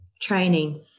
training